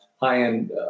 high-end